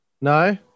No